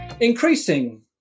Increasing